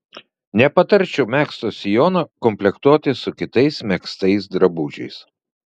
nepatarčiau megzto sijono komplektuoti su kitais megztais drabužiais